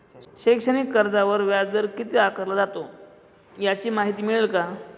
शैक्षणिक कर्जावर व्याजदर किती आकारला जातो? याची माहिती मिळेल का?